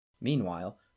Meanwhile